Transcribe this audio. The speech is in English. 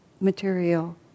material